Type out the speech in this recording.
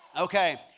Okay